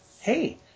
hey